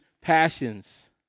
passions